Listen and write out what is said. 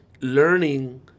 Learning